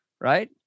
Right